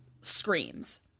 screams